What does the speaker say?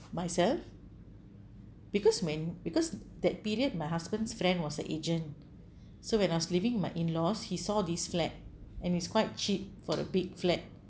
myself because main because that period my husband's friend was an agent so when I was leaving my in-laws he saw these flat and it's quite cheap for the big flat